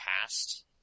past